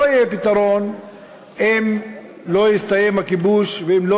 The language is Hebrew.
לא יהיה פתרון אם לא יסתיים הכיבוש ואם לא